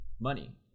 money